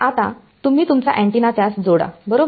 आता तुम्ही तुमचा अँटिना त्यास जोडा बरोबर